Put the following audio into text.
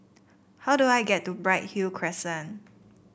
how do I get to Bright Hill Crescent